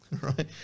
right